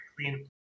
clean